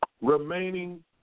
Remaining